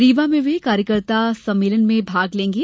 रीवा में वे कार्यकर्ता सम्मेलन में भाग ले रहे हैं